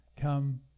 come